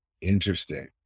interesting